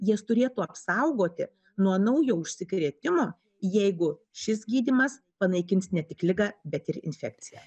jas turėtų apsaugoti nuo naujo užsikrėtimo jeigu šis gydymas panaikins ne tik ligą bet ir infekciją